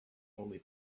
only